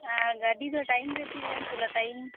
ᱟ ᱜᱟᱹᱰᱤᱫᱚ ᱴᱟᱭᱤᱢ ᱨᱮ ᱛᱤᱨᱮᱢ ᱠᱳᱞᱟ ᱴᱟᱭᱤᱢ